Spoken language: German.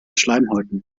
schleimhäuten